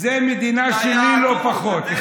זו מדינה שלי לא פחות,